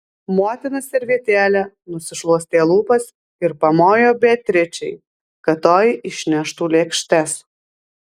motina servetėle nusišluostė lūpas ir pamojo beatričei kad toji išneštų lėkštes